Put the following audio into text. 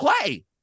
play